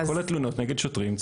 כל התלונות נגד שוטרים,